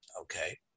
Okay